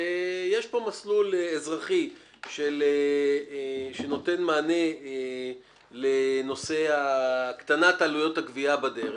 יש פה מסלול אזרחי שנותן מענה לנושא הקטנת עלויות הגבייה בדרך,